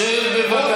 שב, בבקשה.